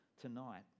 tonight